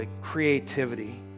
creativity